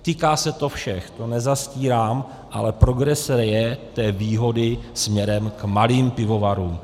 Týká se to všech, to nezastírám, ale progrese té výhody je směrem k malým pivovarům.